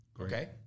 Okay